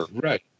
right